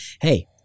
Hey